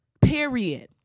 period